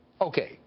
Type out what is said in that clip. okay